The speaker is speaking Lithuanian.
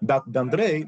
bet bendrai